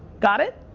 got it?